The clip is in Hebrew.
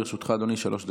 לרשותך, אדוני, שלוש דקות.